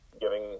giving